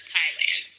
Thailand